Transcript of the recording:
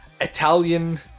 Italian